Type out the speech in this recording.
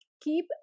keep